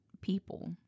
people